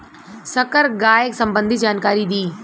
संकर गाय संबंधी जानकारी दी?